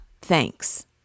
Thanks